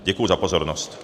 Děkuji za pozornost.